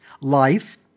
life